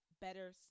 better